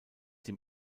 dem